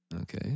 Okay